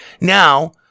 now